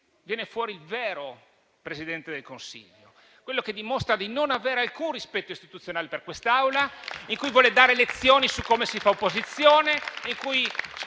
- cioè il vero Presidente del Consiglio, quella che dimostra di non avere alcun rispetto istituzionale per quest'Assemblea, a cui vuole dare lezioni su come si fa opposizione